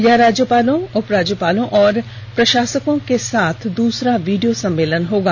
यह राज्यपालों उपराज्यपाल और प्रशासकों के साथ दूसरा वीडियो सम्मेलन होगा